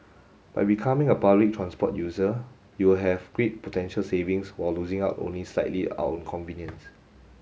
by becoming a public transport user you'll have great potential savings while losing out only slightly on convenience